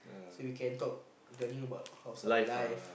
so we can talk learning about how's our life